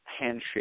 Handshake